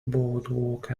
boardwalk